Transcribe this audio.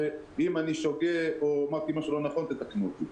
ואם אני שוגה או שאמרתי משהו לא נכון אז תתקנו אותי.